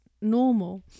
normal